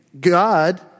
God